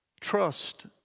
Trust